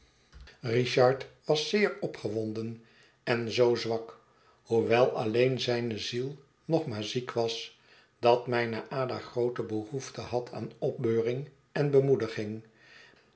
richard was zeer opgewonden en zoo zwak hoewel alleen zijne ziel nog maar ziek was dat mijne ada groote behoefte had aan opbeuring en bemoediging